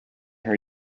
her